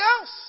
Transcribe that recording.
else